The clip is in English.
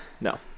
No